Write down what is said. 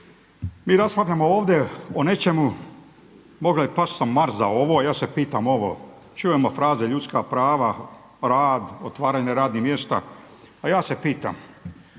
Mi raspravljamo ovdje o nečemu, moglo je pasti sa Marsa ovo, a ja se pitam ovo, čujemo fraze ljudska prava, rad, otvaranje radnih mjesta, a ja se pitam